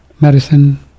medicine